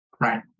Right